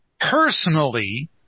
personally